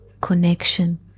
connection